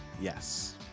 Yes